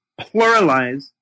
pluralize